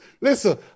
listen